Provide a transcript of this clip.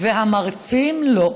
והמרצים לא.